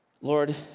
Lord